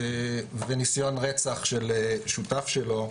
וניסיון רצח של שותף שלו.